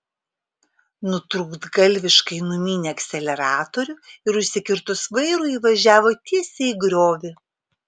nutrūktgalviškai numynė akceleratorių ir užsikirtus vairui įvažiavo tiesiai į griovį